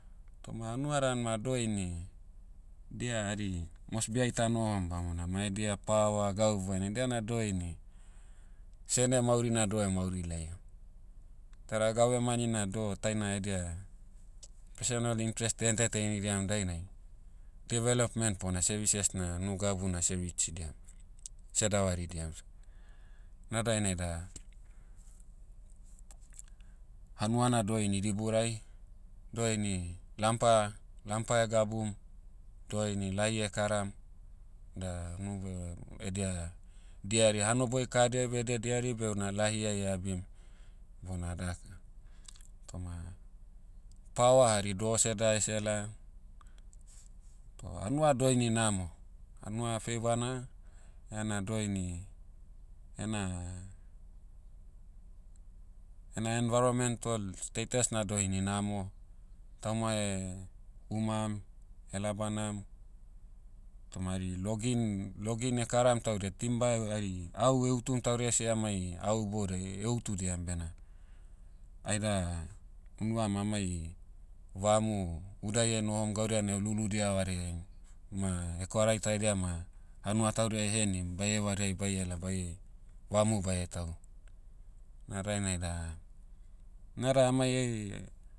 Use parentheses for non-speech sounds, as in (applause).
Toma hanua dan ma doini, dia hari mosbi ai tanohom bamona mai edia power gau ibonai. Diana doini, sene maurina doh (hesitation) mauri laiam. Tada gavemani na doh taina edia, personal interest (hesitation) entertain'idiam dainai, development bona services na nu gabu na seh reach'idiam. Seh davaridiam. Na dainai da, hanua na doini diburai, doini lampa- lampa (hesitation) gabum, doini lahi (hesitation) karam, da nube, edia, diari. Hanoboi kahadiai beh edia diari beh una lahi'ai eabim. Bona daka. Toma, power hari doh sedae sela. Power, hanua doini namo. Hanua feivana. Ena doini, ena- ena environmental status na doini namo. Tauma eh, umam, (hesitation) labanam. Toma hari logging- logging (hesitation) karam taudia, timber eho- ari- au eutu taudia seh amai au iboudiai (hesitation) utudiam bena, aida, unuam amai, vamu, udai (hesitation) nohom gaudia na (hesitation) luludia vareaim. Ma hekwarai taidia ma, hanua taudia (hesitation) henim, baie vareai baiela baie, vamu baie tahu. Na dainai da, nada amaiai,